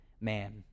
man